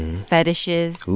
fetishes. ooh.